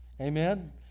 amen